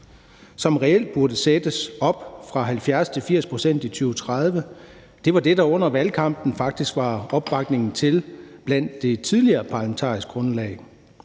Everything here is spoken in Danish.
som reelt burde sættes op fra 70 til 80 pct. i 2030. Det var det, som der under valgkampen faktisk var opbakning til blandt det tidligere parlamentariske grundlag.